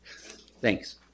Thanks